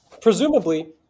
Presumably